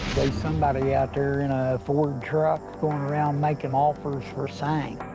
somebody out there in a ford truck going around making offers for seng.